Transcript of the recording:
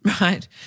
right